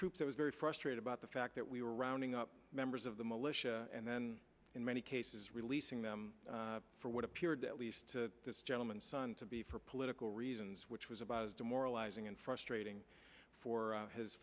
troops i was very frustrated about the fact that we were rounding up members of the militia and then in many cases releasing them for what appeared at least to this gentleman son to be for political reasons which was about as demoralizing and frustrating for his